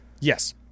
Yes